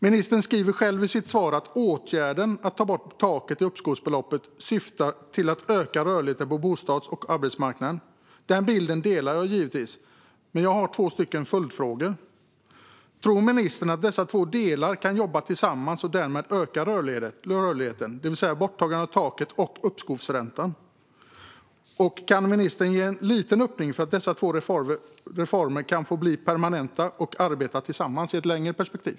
Ministern skriver själv i sitt svar att åtgärden att ta bort taket för uppskovsbeloppet syftar till att öka rörligheten på bostads och arbetsmarknaden. Den bilden delar jag givetvis. Men jag har två följdfrågor. Tror ministern att dessa två delar, borttagandet av taket och uppskovsräntan, kan jobba tillsammans och därmed öka rörligheten? Kan ministern ge en liten öppning för att dessa två reformer kan få bli permanenta och arbeta tillsammans i ett längre perspektiv?